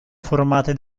formate